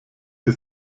sie